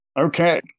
Okay